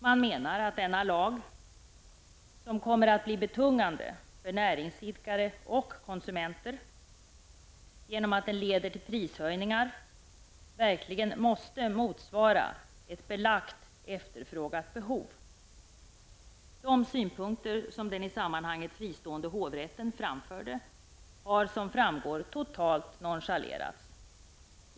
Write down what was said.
Man menar att denna lag, som kommer att bli betungande för näringsidkare och konsumenter genom att den leder till prishöjningar, verkligen måste efterfrågas och motsvara ett belagt behov. De synpunkter som den i sammanhanget fristående hovrätten framförde har som framgått totalt nonchalerats.